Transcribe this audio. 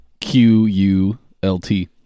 Q-U-L-T